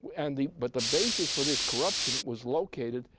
and the but the basis for this corruption was located,